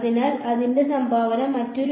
അതിനാൽ അതിന്റെ സംഭാവന മറ്റൊരു